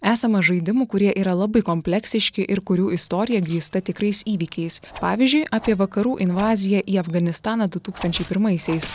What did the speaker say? esama žaidimų kurie yra labai kompleksiški ir kurių istorija grįsta tikrais įvykiais pavyzdžiui apie vakarų invaziją į afganistaną du tūkstančiai pirmaisiais